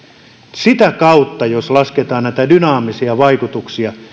sitä kautta jos lasketaan näitä dynaamisia vaikutuksia